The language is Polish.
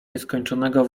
nieskończonego